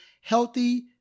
healthy